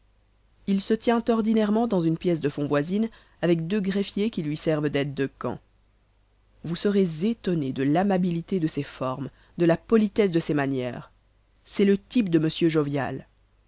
il se tient ordinairement dans une pièce de fond voisine avec deux greffiers qui lui servent daides de camp vous serez étonné de l'amabilité de ses formes de la politesse de ses manières c'est le type de m jovial